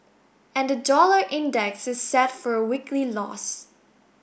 and the dollar index is set for a weekly loss